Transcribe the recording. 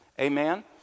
Amen